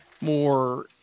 more